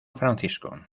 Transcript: francisco